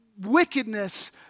wickedness